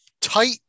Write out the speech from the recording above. tight